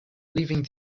leaving